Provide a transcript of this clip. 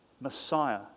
Messiah